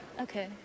Okay